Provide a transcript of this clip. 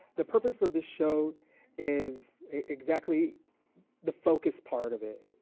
the purpose of the show is exactly the focus part of it,